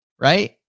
right